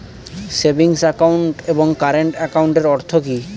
Savings account এবং current একাউন্টের অর্থ কি?